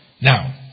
Now